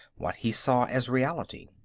what he saw as reality.